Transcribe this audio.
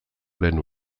lehen